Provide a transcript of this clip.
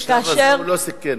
בשלב הזה הוא לא סיכן.